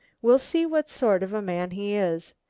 we'll see what sort of a man he is.